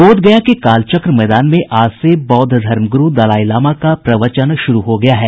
बोधगया के कालचक्र मैदान में आज से बौद्ध धर्म गुरू दलाईलामा का प्रवचन शुरू हो गया है